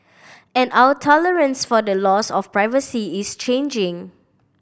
and our tolerance for the loss of privacy is changing